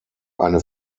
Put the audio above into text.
eine